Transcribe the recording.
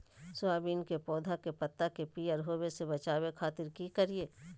Soybean के पौधा के पत्ता के पियर होबे से बचावे खातिर की करिअई?